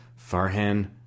Farhan